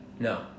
No